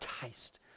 taste